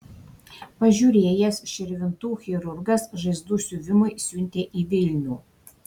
pažiūrėjęs širvintų chirurgas žaizdų siuvimui siuntė į vilnių